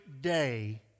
day